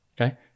Okay